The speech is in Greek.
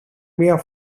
μια